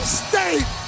state